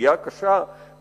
פגיעה קשה בזכויות,